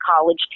college